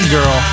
Girl